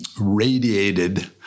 radiated